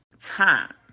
time